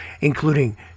including